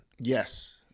Yes